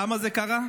למה זה קרה,